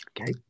okay